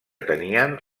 tenien